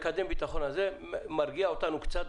מקדם הביטחון הזה מרגיע אותנו קצת.